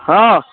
हँ